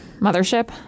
Mothership